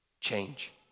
change